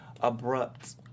abrupt